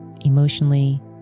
emotionally